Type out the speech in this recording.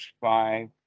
five